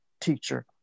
teacher